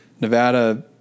Nevada